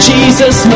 Jesus